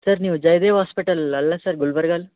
sir ನೀವು ಜಯದೇವ ಹಾಸ್ಪಿಟಲ್ಲಲ್ಲ sir ಗುಲ್ಬರ್ಗದಲ್